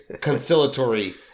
conciliatory